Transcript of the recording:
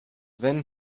then